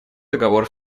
договор